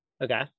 Okay